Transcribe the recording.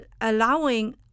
allowing